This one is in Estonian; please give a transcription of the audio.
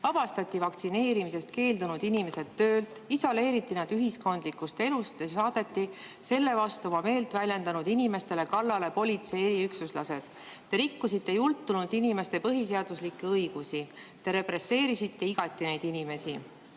vabastati vaktsineerimisest keeldunud inimesed töölt ja isoleeriti nad ühiskondlikust elust. Selle vastu meelt avaldanud inimestele saadeti kallale politsei eriüksuslased. Te rikkusite jultunult inimeste põhiseaduslikke õigusi. Te represseerisite igati neid inimesi. Teie